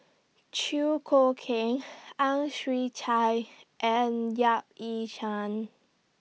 Chew Choo Keng Ang Chwee Chai and Yap Ee Chian